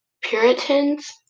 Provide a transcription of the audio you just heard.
puritans